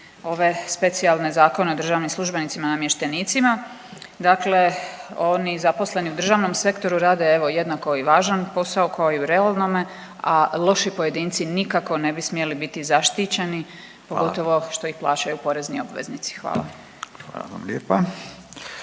ove specijalne Zakone o državnim službenicima i namještenicima. Dakle, oni zaposleni u državnom sektoru rade evo jednako i važan posao kao i u realnome, a loši pojedinci nikako ne bi smjeli biti zaštićeni …/Upadica: Hvala./… pogotovo što ih plaćaju porezni obveznici. Hvala. **Radin,